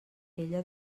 ella